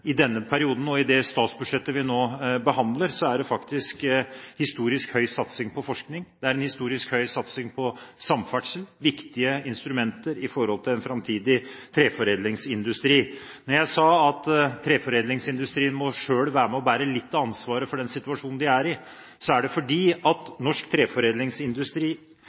i denne perioden og i det statsbudsjettet vi nå behandler, er det faktisk en historisk høy satsing på forskning, og det er en historisk høy satsing på samferdsel, som er viktige instrumenter med tanke på en framtidig treforedlingsindustri. Da jeg sa at treforedlingsindustrien selv må være med og bære litt av ansvaret for den situasjonen de er i, så er det fordi at norsk treforedlingsindustri